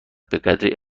بهقدری